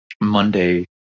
Monday